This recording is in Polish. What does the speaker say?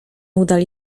udali